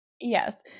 Yes